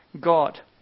God